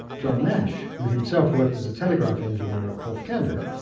john nash, who himself worked as a telegraph engineer at porthcurno,